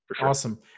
Awesome